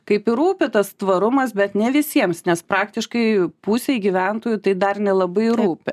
kaip ir rūpi tas tvarumas bet ne visiems nes praktiškai pusei gyventojų tai dar nelabai rūpi